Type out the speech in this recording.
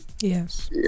Yes